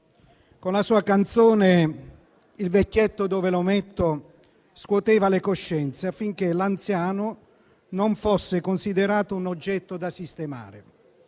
Con la sua canzone «Il vecchietto dove lo metto» scuoteva le coscienze, affinché l'anziano non fosse considerato un oggetto da sistemare.